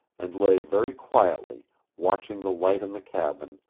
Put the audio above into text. and lay very quietly watching the light in the cabin,